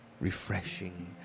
refreshing